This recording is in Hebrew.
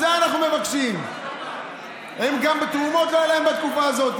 חבר הכנסת פטין מולא, סבאח אל-ח'יר.